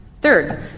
Third